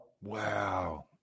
Wow